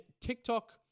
TikTok